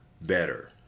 better